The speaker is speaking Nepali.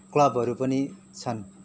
क्लबहरू पनि छन्